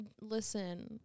listen